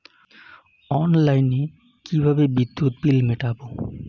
অনলাইনে কিভাবে বিদ্যুৎ বিল মেটাবো?